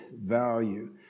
value